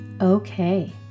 Okay